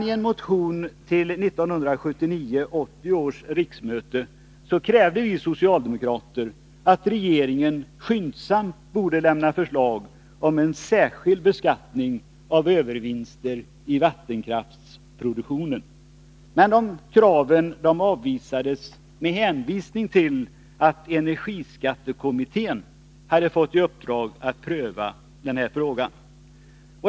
I en motion redan till 1979/80 års riksmöte krävde vi socialdemokrater att regeringen skyndsamt skulle lämna förslag om en särskild beskattning av övervinster i vattenkraftsproduktionen. Men det kravet avvisades med hänvisning till att energiskattekommittén hade fått i uppdrag att pröva den här frågan.